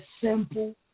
simple